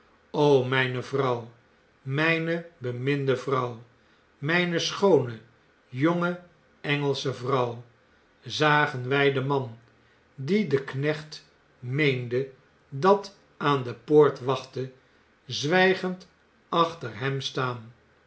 mgne vrouw mjjne beminde vrouw mijne schoone jonge engelsche vrouw i zagen wij den man die de knecht meende dat aan de poort wachtte zwjjgend achter hem staan